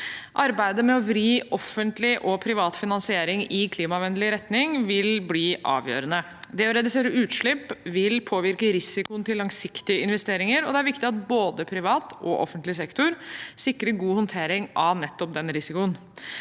Arbeidet med å vri offentlig og privat finansiering i klimavennlig retning vil bli avgjørende. Det å redusere utslipp vil påvirke risikoen til langsiktige investeringer, og det er viktig at både privat og offentlig sektor sikrer god håndtering av nettopp denne risikoen.